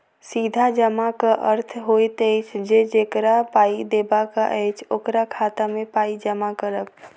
सीधा जमाक अर्थ होइत अछि जे जकरा पाइ देबाक अछि, ओकरा खाता मे पाइ जमा करब